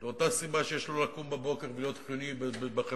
זו אותה סיבה שיש לו לקום בבוקר ולהיות חיוני בחברה.